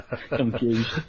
Confused